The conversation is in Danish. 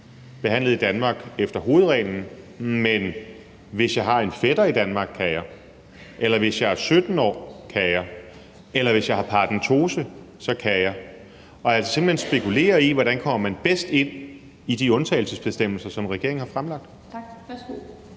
behandlet i Danmark efter hovedreglen, men hvis jeg har en fætter i Danmark, kan jeg – hvis jeg er 17 år, eller hvis jeg har paradentose – simpelt hen spekulere i, hvordan man bedst kommer ind under de undtagelsesbestemmelser, som regeringen har fremlagt?